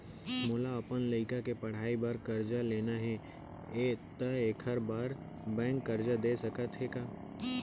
मोला अपन लइका के पढ़ई बर करजा लेना हे, त एखर बार बैंक करजा दे सकत हे का?